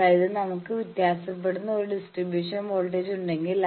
അതായത് നമുക്ക് വ്യത്യാസപ്പെടുന്ന ഒരു ഡിസ്ട്രിബ്യുഷൻ വോൾട്ടേജ് ഉണ്ടെങ്കിൽ